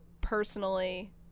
personally